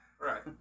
Right